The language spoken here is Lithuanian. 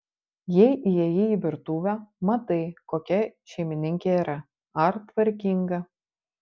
jei įėjai į virtuvę matai kokia šeimininkė yra ar tvarkinga